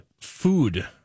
food